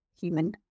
human